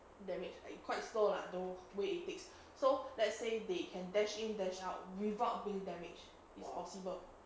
damage I quite slow lah no way it takes so let's say they can dash in dash out without being damage is possible